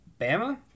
bama